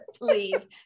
please